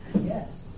Yes